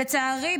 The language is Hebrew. לצערי,